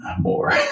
more